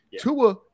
Tua